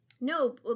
No